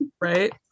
Right